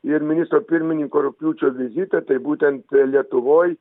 ir ministro pirmininko rugpjūčio vizitą tai būtent lietuvoj